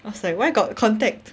I was like why got contact